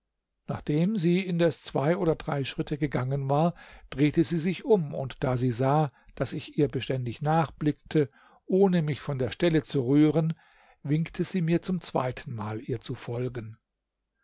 nachdem sie indes zwei oder drei schritte gegangen war drehte sie sich um und da sie sah daß ich ihr beständig nachblickte ohne mich von der stelle zu rühren winkte sie mir zum zweitenmal ihr zu folgen